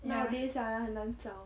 nowadays ah 很难找